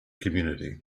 community